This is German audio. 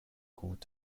gut